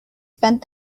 spent